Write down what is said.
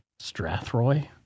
Strathroy